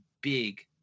big